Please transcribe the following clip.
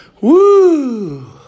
Woo